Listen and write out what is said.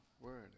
word